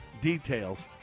details